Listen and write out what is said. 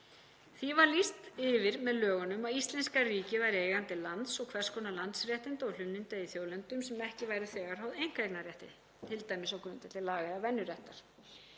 Því var lýst yfir með lögunum að íslenska ríkið væri eigandi lands og hvers konar landsréttinda og hlunninda í þjóðlendum sem ekki væru þegar háð einkaeignarrétti, t.d. á grundvelli laga eða venjuréttar.